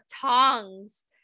tongs